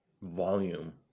volume